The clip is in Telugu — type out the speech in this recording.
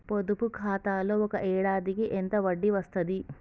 పొదుపు ఖాతాలో ఒక ఏడాదికి ఎంత వడ్డీ వస్తది?